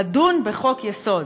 לדון בחוק-יסוד,